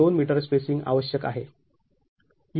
२ m spacing आवश्यक आहे